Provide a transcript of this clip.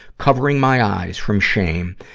covering my eyes from shame,